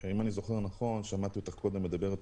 אם אני זוכר נכון שמעתי אותך קודם מדברת